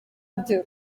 byo